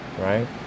right